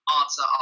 answer